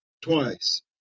twice